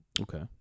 Okay